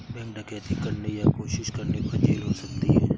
bank डकैती करने या कोशिश करने पर जेल हो सकती है